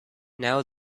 now